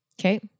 Okay